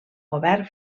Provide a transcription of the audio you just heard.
govern